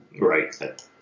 Right